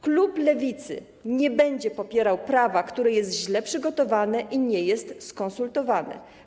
Klub Lewicy nie będzie popierał prawa, które jest źle przygotowane i nie jest skonsultowane.